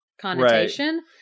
connotation